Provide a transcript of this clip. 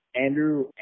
Andrew